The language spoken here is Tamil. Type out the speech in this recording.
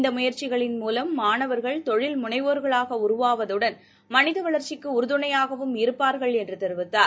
இந்தமுயற்சிகளின் மூலம் மாணவர்கள் தொழில்முனைவோா்களாகஉருவாவதுடன் மனிதவளா்ச்சிக்குஉறுதுணையாகவும் இருப்பார்கள் என்றுதெரிவித்தார்